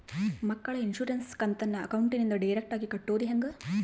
ಮಕ್ಕಳ ಇನ್ಸುರೆನ್ಸ್ ಕಂತನ್ನ ಅಕೌಂಟಿಂದ ಡೈರೆಕ್ಟಾಗಿ ಕಟ್ಟೋದು ಹೆಂಗ?